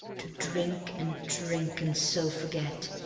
to drink and drink and so forget.